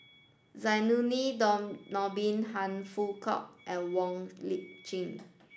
Zainudin Nordin Han Fook Kwang and Wong Lip Chin